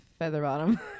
Featherbottom